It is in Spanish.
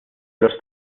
los